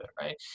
right